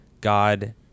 God